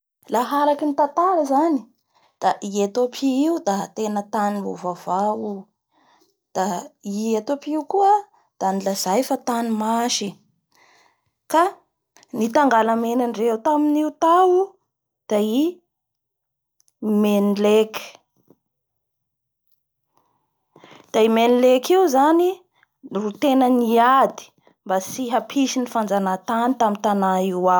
Laha araky ny tantara zany da i Etiopie io da tena tany mbo vaovao da i Etopia io koa da nolazay fa tany masy ka ny tangala manandreo tamin'io tao da i Menleke da i Menleke. Io zany no tena niady mba tsy hampisy ny fanjanahatany tamin'ny tana io tao.